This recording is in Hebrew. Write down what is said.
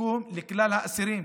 שיקום לכלל האסירים,